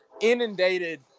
inundated